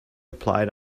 applied